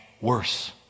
worse